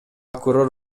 прокурор